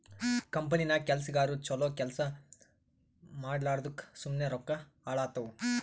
ಕಂಪನಿನಾಗ್ ಕೆಲ್ಸಗಾರು ಛಲೋ ಕೆಲ್ಸಾ ಮಾಡ್ಲಾರ್ದುಕ್ ಸುಮ್ಮೆ ರೊಕ್ಕಾ ಹಾಳಾತ್ತುವ್